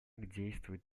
действует